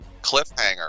Cliffhanger